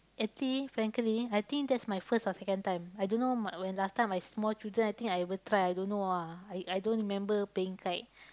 I think frankly I think that's my first or second time I don't know ma~ when last time I small children I think I ever tried I don't know ah I I don't remember playing kite